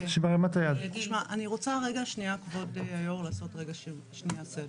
אני רוצה רגע שנייה כבוד היו"ר לעשות רגע סדר.